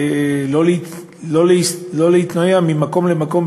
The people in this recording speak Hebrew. שלא להתנייע ממקום למקום,